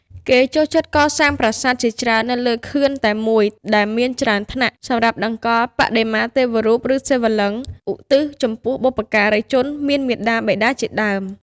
គេចូលចិត្តកសាងប្រាសាទជាច្រើននៅលើខឿនតែមួយដែលមានច្រើនថ្នាក់ សម្រាប់តម្កល់បដិមាទេវរូប ឬ សិវលិង្គ ឧទ្ទិសចំពោះបុព្វការីជន មាន មាតាបិតាជាដើម។